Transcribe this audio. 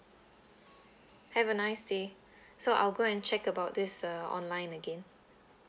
have a nice day so I'll go and check about this uh online again